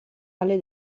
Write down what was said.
alle